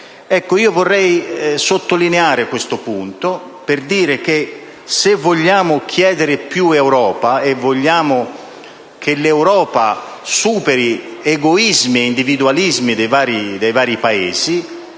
Desidero sottolineare questo punto per dire che se vogliamo chiedere più Europa e vogliamo che l'Europa superi gli egoismi e gli individualismi dei vari Paesi